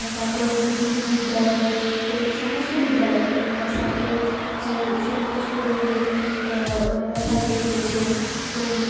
তারপর বিভিন্ন বিদ্যালয়ে এ সমস্ত বিদ্যালয়ে ওনারা সাইকেল সমস্ত স্টুডেন্টদের ওনারা সাইকেল দিয়েছেন তো